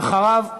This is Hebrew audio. ואנחנו רוצים חוק.